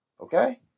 Okay